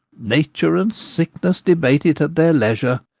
nature and sickness debate it at their leisure.